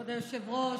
כבוד היושב-ראש.